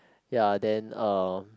ya then uh